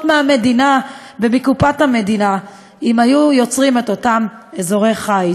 מהמדינה ומקופת המדינה אם היו יוצרים את אותם אזורי חיץ.